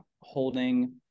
holding